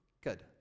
good